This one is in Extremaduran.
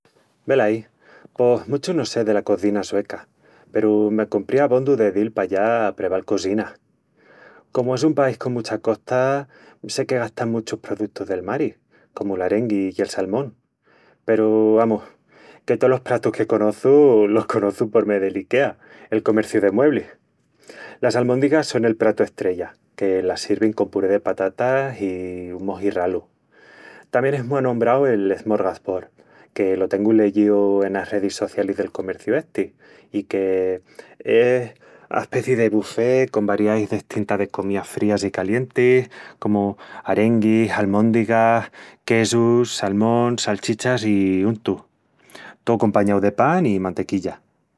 Velaí, pos muchu no sé dela cozina sueca, peru me cumpría abondu de dil pa allá a preval cosinas. Comu es un país con mucha costa, sé que gastan muchus produtus del mari, comu l'arengui i el salmón. Peru amus... que tolos pratus que conoçu, los conoçu por mé de l'Ikea, el comerciu de mueblis... Las almóndigas son el pratu estrella... que las sirvin con puré de patatas i un moji ralu. Tamién es mu anombrau el “smörgåsbord”, que lo tengu leyíu enas redis socialis del comerciu esti, i que es aspecii de bufé con varieais destintas de comías frías i calientis comu arenguis, almóndigas, quesu, salmón, salchichas i untu. Tó compañau de pan i mantequilla.